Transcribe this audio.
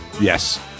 Yes